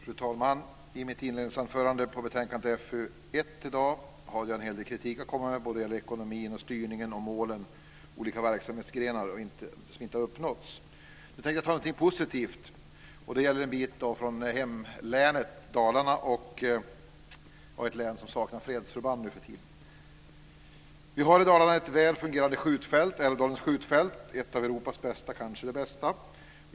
Fru talman! I mitt inledningsanförande beträffande betänkandet FöU1 i dag hade jag en hel del kritik att komma med både när det gäller ekonomin, styrningen och målen inom olika verksamhetsgrenar som inte har uppnåtts. Nu tänkte jag ta upp någonting positivt, och det gäller en bit från mitt hemlän Dalarna, ett län som numera saknar fredsförband. Vi har i Dalarna ett väl fungerande skjutfält, Älvdalens skjutfält, ett av Europas bästa, kanske det bästa.